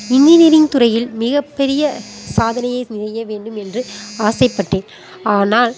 engineering துறையில் மிகப்பெரிய சாதனையை செய்ய வேண்டும் என்று ஆசைப்பட்டேன் ஆனால்